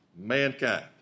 Mankind